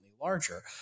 larger